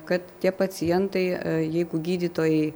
kad tie pacientai jeigu gydytojai